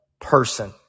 person